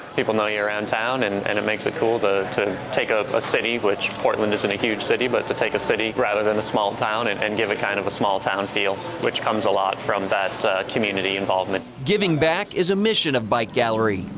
people know you around town, and and it makes it cool to take a a city, which portland isn't a huge city, but to take a city rather than a small town and and give it kind of a small-town feel, which comes a lot from that community involvement. giving back is a mission of bike gallery.